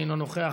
אינו נוכח.